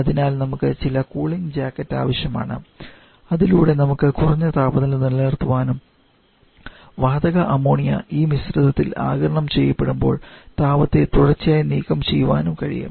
അതിനാൽ നമുക്ക് ചില കൂളിംഗ് ജാക്കറ്റ് ആവശ്യമാണ് അതിലൂടെ നമുക്ക് കുറഞ്ഞ താപനില നിലനിർത്താനും വാതക അമോണിയ ഈ മിശ്രിതത്തിൽ ആഗിരണം ചെയ്യപ്പെടുമ്പോൾ താപത്തെ തുടർച്ചയായി നീക്കംചെയ്യാനും കഴിയും